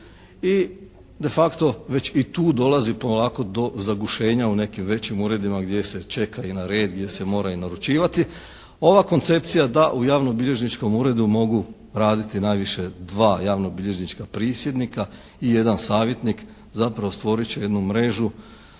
I de facto već i tu dolazi polako do zagušenja u nekim većim uredima gdje se čeka i na red, gdje se mora i naručivati. Ova koncepcija da u javnobilježničkom uredu mogu raditi najviše dva javnobilježnička prisjednika i jedan savjetnik zapravo stvorit će jednu mrežu